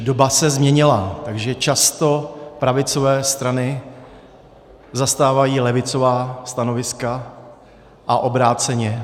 Doba se změnila, takže často pravicové strany zastávají levicová stanoviska a obráceně.